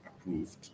approved